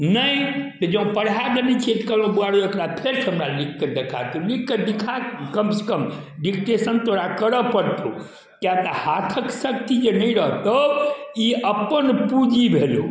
नहि जँ पढ़ा देने छियै तऽ कहलहुॅं बौआ रौ एकरा फेर सऽ हमरा लिखके देखा लिखके देखा कम से कम डिक्टेशन तोरा करऽ परतौ किए तऽ हाथके शक्ति जे नहि रहतौ ई अपन पूँजी भेलहुॅं